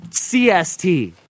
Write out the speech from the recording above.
CST